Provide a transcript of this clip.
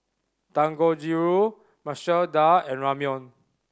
Dangojiru Masoor Dal and Ramyeon